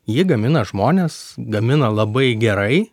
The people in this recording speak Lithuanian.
jį gamina žmonės gamina labai gerai